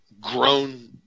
grown